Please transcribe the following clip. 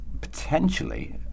potentially